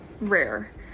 ...rare